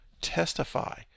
testify